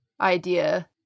idea